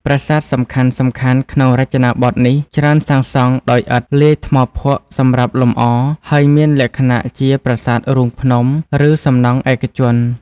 ប្រាសាទសំខាន់ៗក្នុងរចនាបថនេះច្រើនសាងសង់ដោយឥដ្ឋ លាយថ្មភក់សម្រាប់លម្អ ហើយមានលក្ខណៈជាប្រាសាទរូងភ្នំ ឬសំណង់ឯកជន។